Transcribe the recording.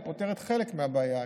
היא פותרת חלק מהבעיה,